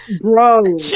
bro